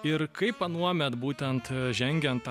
ir kaip anuomet būtent žengiant